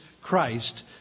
Christ